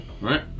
right